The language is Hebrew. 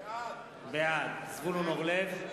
בעד זבולון אורלב,